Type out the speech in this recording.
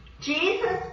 Jesus